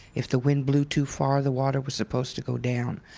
if the wind blew too far, the water was supposed to go down.